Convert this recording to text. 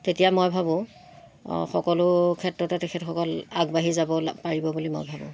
তেতিয়া মই ভাবোঁ সকলো ক্ষেত্ৰতে তেখেতসকল আগবাঢ়ি যাব পাৰিব বুলি মই ভাবোঁ